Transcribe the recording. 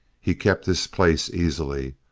he kept his place easily,